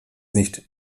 nicht